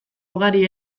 ugari